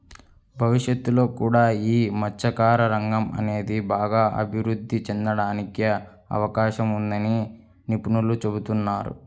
భవిష్యత్తులో కూడా యీ మత్స్యకార రంగం అనేది బాగా అభిరుద్ధి చెందడానికి అవకాశం ఉందని నిపుణులు చెబుతున్నారు